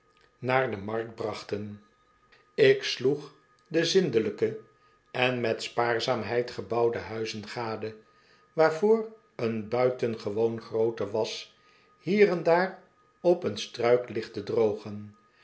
naar de markt brachten ik sloeg de zindelijke en met spaarzaamheid gebouwde huizen gade waarvoor een buitengewoon groote wasch hier en daar op een struik ligt te drogen